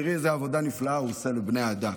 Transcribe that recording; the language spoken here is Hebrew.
ותראי איזו עבודה נפלאה הוא עושה לבני העדה,